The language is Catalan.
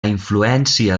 influència